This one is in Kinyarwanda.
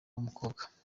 w’umukobwa